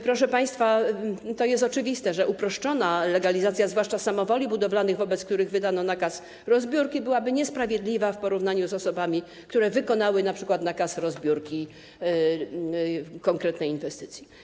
Proszę państwa, to jest oczywiste, że uproszczona legalizacja, zwłaszcza samowoli budowlanych, wobec których wydano nakaz rozbiórki, byłaby niesprawiedliwa w stosunku do osób, które wykonały np. nakaz rozbiórki konkretnej inwestycji.